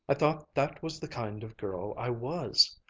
i thought that was the kind of girl i was.